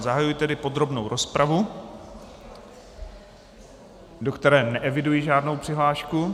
Zahajuji tedy podrobnou rozpravu, do které neeviduji žádnou přihlášku.